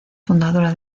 fundadora